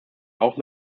auch